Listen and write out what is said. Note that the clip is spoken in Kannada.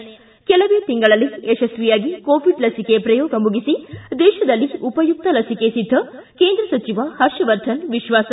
ಿ ಕೆಲವೇ ತಿಂಗಳಲ್ಲಿ ಯಶಸ್ವಿಯಾಗಿ ಕೋವಿಡ್ ಲಸಿಕೆ ಪ್ರಯೋಗ ಮುಗಿಸಿ ದೇಶದಲ್ಲಿ ಉಪಯುಕ್ತ ಲಸಿಕೆ ಸಿದ್ದ ಕೇಂದ್ರ ಸಚಿವ ಹರ್ಷವರ್ಧನ್ ವಿಶ್ವಾಸ